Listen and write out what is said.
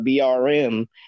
brm